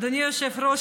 אדוני היושב-ראש,